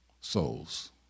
souls